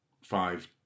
five